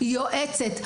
יועצת.